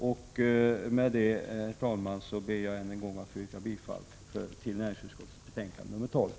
Med det, herr talman, ber jag än en gång att få yrka bifall till utskottets hemställan.